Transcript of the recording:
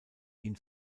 ihn